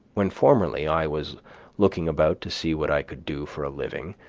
when formerly i was looking about to see what i could do for a living,